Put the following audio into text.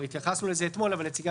התייחסנו לזה כבר אתמול אבל נציגי